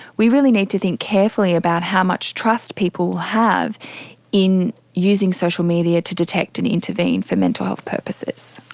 we really need to think carefully about how much trust people have in using social media to detect and intervene for mental health purposes.